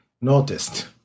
noticed